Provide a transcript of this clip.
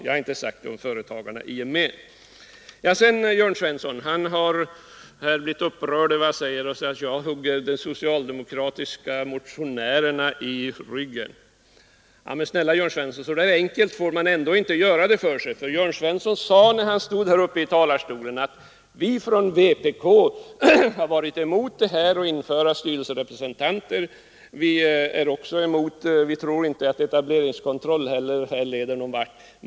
Jag har inte sagt det om företagarna i gemen. Herr Jörn Svensson har blivit upprörd och säger att jag hugger de socialdemokratiska motionärerna i ryggen. Men så där enkelt får man ändå inte göra det för sig. Herr Jörn Svensson sade, när han stod här i talarstolen, att man från vpk har varit emot införande av styrelserepresentanter och att man inte tror att etableringskontroll leder någon vart.